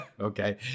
Okay